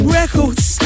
records